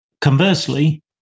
Conversely